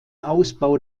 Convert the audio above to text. ausbau